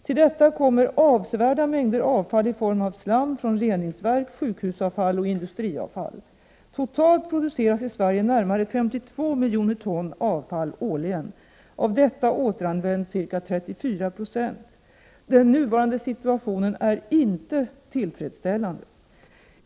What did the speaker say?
Till detta kommer avsevärda mängder avfall i form av slam från reningsverk, sjukhusavfall och industriavfall. Totalt produceras i Sverige närmare 52 miljoner ton avfall årligen. Av detta återanvänds ca 34 Ze. Den nuvarande situationen är inte tillfredsställande.